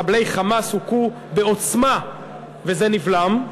מחבלי "חמאס" הוכו בעוצמה וזה נבלם,